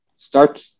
Start